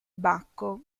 bacco